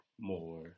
more